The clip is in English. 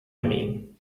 mean